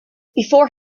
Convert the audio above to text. before